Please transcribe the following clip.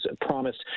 promised